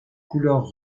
couleurs